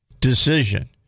decision